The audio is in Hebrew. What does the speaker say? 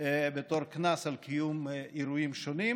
בתור קנס על קיום אירועים שונים,